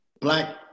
black